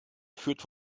führt